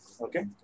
Okay